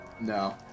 no